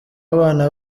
abana